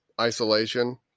Isolation